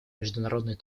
международной